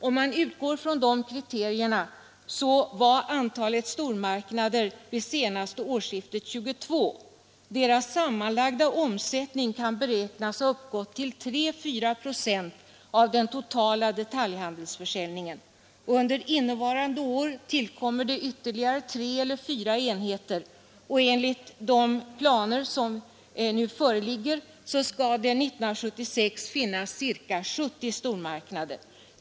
Om man utgår från de kriterierna var antalet stormarknader vid senaste årsskiftet 22, deras sammanlagda omsättning kan beräknas ha uppgått till 3—4 procent av den totala detaljhandelsförsäljningen. Under innevarande år tillkommer ytterligare tre eller fyra enheter, och enligt de planer som nu föreligger skall det 1976 finnas ca 70 stormarknader.